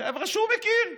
החבר'ה שהוא מכיר.